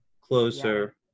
closer